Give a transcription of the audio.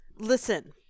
Listen